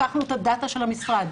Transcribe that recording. לקחנו את הדאתה של המשרד.